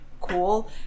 cool